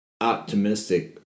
optimistic